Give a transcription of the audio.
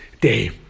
day